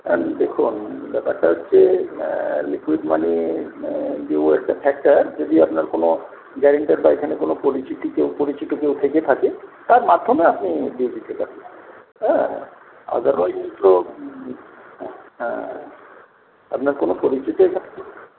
আর দেখুন ব্যাপারটা হচ্ছে লিকুইড মানি যেহেতু একটা ফ্যাক্টার যদি আপনার কোনো গ্যারেন্টার বা এখানে কোনো পরিচিতি কেউ পরিচিত কেউ থেকে থাকে তার মাধ্যমে আমি দিয়ে দিতে পারি হ্যাঁ আদারবাইস তো হ্যাঁ আপনার কোনো পরিচিত